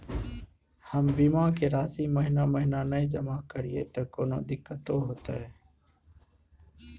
हम बीमा के राशि महीना महीना नय जमा करिए त कोनो दिक्कतों होतय?